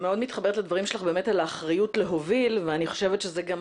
אני מאוד מתחברת לדברים שלך על האחריות להוביל ואני חושבת שזה מה